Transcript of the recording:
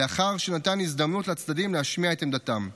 לאחר שנתן הזדמנות לצדדים להשמיע את עמדתם.